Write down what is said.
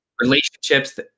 Relationships